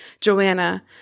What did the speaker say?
Joanna